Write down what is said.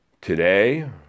Today